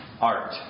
art